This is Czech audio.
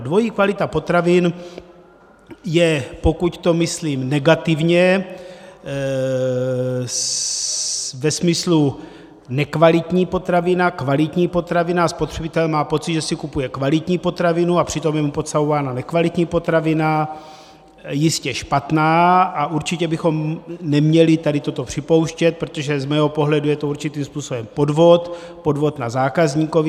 Dvojí kvalita potravin je pokud to myslím negativně ve smyslu nekvalitní potravina, kvalitní potravina a spotřebitel má pocit, že si kupuje kvalitní potravinu, a přitom je mu podstavována nekvalitní potravina jistě špatná a určitě bychom neměli toto připouštět, protože z mého pohledu je to určitým způsobem podvod, podvod na zákazníkovi.